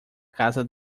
casa